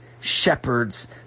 shepherds